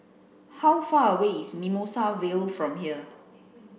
how far away is Mimosa Vale from here